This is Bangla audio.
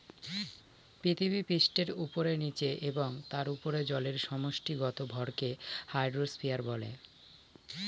পৃথিবীপৃষ্ঠের উপরে, নীচে এবং তার উপরে জলের সমষ্টিগত ভরকে হাইড্রোস্ফিয়ার বলে